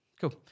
cool